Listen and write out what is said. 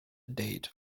date